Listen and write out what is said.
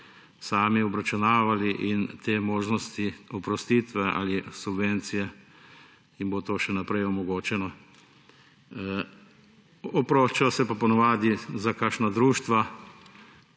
sami obračunavali in te možnosti oprostitve ali subvencije jim bodo še naprej omogočene. Oproščajo se pa po navadi za kakšna društva,